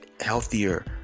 healthier